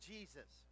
Jesus